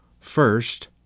First